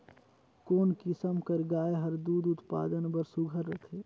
कोन किसम कर गाय हर दूध उत्पादन बर सुघ्घर रथे?